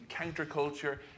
counterculture